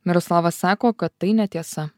miroslavas sako kad tai netiesa